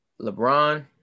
LeBron